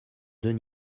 deux